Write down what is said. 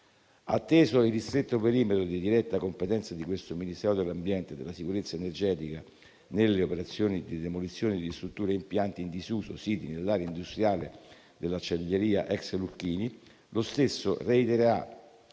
Atteso il ristretto perimetro di diretta competenza di questo Ministero dell'ambiente e della sicurezza energetica nelle operazioni di demolizione di strutture e impianti in disuso siti nell'area industriale dell'acciaieria ex Lucchini, lo stesso reitererà